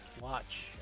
Watch